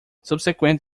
subsequent